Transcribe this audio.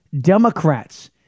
Democrats